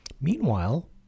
Meanwhile